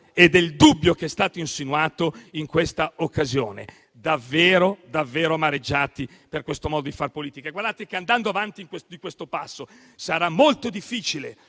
e il dubbio che è stato insinuato in questa occasione. Siamo davvero amareggiati per questo modo di fare politica. Guardate che, andando avanti di questo passo, sarà molto difficile